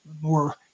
more